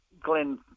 Glenn